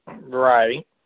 Right